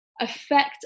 affect